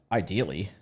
ideally